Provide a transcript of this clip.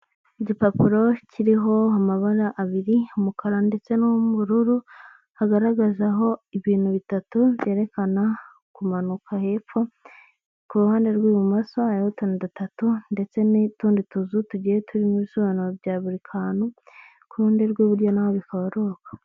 Igipapuro kiriho amabara abiri umukara ndetse n'ubururu, hagaragazaho ibintu bitatu byerekana kumanuka hepfo, ku ruhande rw'ibumoso hariho utuntu dutatu ndetse n'utundi tuzu tugiye turimo ibisobanuro bya buri kantu, ku rundi rw'iburyo na ho bikaba ari uko.